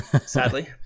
sadly